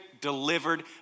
delivered